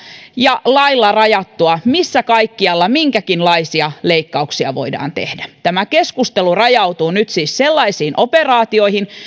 ja lailla rajataan missä kaikkialla minkäkinlaisia leikkauksia voidaan tehdä tämä keskustelu rajautuu nyt siis sellaisiin operaatioihin